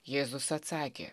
jėzus atsakė